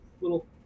little